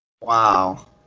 Wow